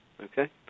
Okay